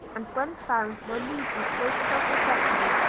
and when found will lead you straight above the depot.